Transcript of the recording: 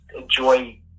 enjoy